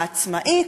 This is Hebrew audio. העצמאית,